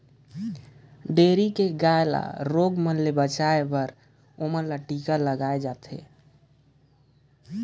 dairy के गाय मन ल बेमारी ले बचाये बर टिका लगाल जाथे